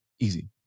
easy